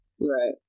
Right